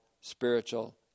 spiritual